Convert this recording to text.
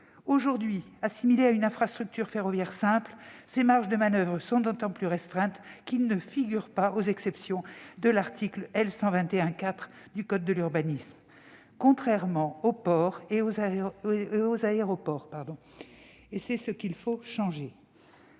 Aujourd'hui assimilé à une infrastructure ferroviaire simple, ses marges de manoeuvre sont d'autant plus restreintes que l'ouvrage ne figure pas aux exceptions de l'article L. 121-4 du code de l'urbanisme, contrairement aux ports et aux aéroports. C'est cela qu'il faut changer.